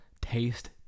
taste